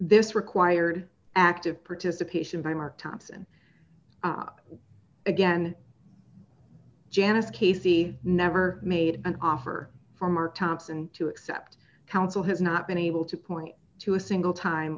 this required active participation by mark thompson again janice casey never made an offer from or thompson to accept counsel has not been able to point to a single time